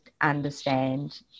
understand